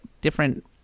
different